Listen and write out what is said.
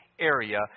area